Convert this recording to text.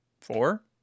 four